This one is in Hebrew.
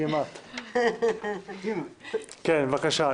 התש"ף 2020. בבקשה,